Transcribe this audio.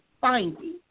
finding